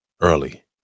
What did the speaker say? early